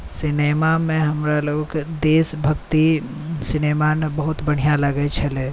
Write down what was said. सिनेमामे हमरालोकके देशभक्ति सिनेमा ने बहुत बढ़िआँ लागै छलै